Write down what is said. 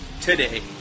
today